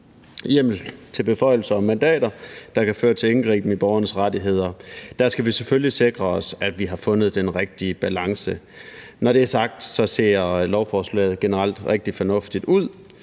hjemmel til beføjelser og mandater, der kan føre til indgriben i borgernes rettigheder. Der skal vi selvfølgelig sikre os, at vi har fundet den rigtige balance. Når det er sagt, ser lovforslaget generelt rigtig fornuftigt ud,